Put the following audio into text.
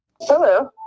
Hello